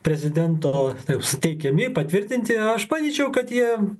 prezidento suteikiami patvirtinti aš manyčiau kad jie